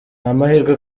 amahirwe